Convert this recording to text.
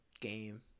game